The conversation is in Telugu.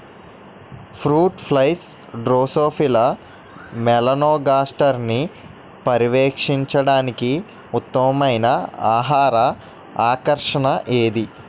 ఫ్రూట్ ఫ్లైస్ డ్రోసోఫిలా మెలనోగాస్టర్ని పర్యవేక్షించడానికి ఉత్తమమైన ఆహార ఆకర్షణ ఏది?